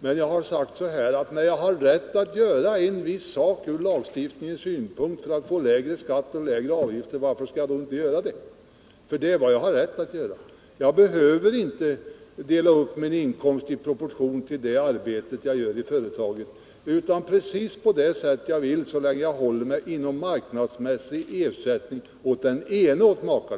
Jag har bara sagt, att om jag har laglig rätt att göra på ett visst sätt för att få lägre skatt och lägre avgifter, varför skall jag då inte göra det? Det är ju bara vad jag har rätt till. Jag behöver inte dela upp inkomsterna i proportion till det arbete som utförs i företaget, utan jag kan göra precis som jag vill, så länge jag håller mig inom den marknadsmässiga ersättningen åt den ena maken.